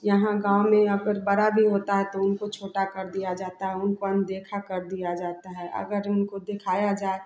यहाँ गाँव में यहाँ पर बड़ा भी होता है तो उनको छोटा कर दिया जाता है उनको अनदेखा कर दिया जाता है अगर उनको दिखाया जाए